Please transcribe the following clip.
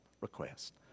request